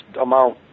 amount